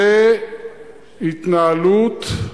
זאת התנהלות,